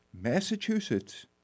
Massachusetts